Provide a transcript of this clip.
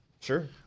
sure